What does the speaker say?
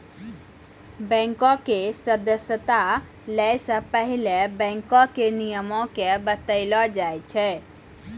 बैंको के सदस्यता लै से पहिले बैंको के नियमो के बतैलो जाय छै